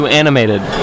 animated